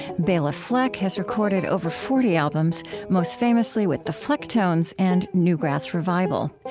bela fleck has recorded over forty albums, most famously with the flecktones and new grass revival.